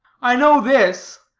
i know this,